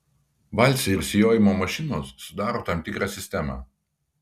valcai ir sijojimo mašinos sudaro tam tikrą sistemą